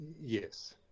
Yes